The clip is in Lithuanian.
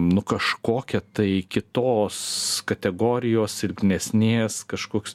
nu kažkokia tai kitos kategorijos silpnesnės kažkoks